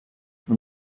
when